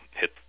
hit